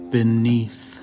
Beneath